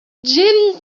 jim